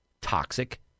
toxic